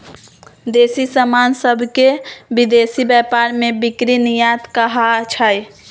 देसी समान सभके विदेशी व्यापार में बिक्री निर्यात कहाइ छै